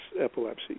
epilepsy